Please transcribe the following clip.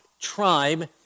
tribe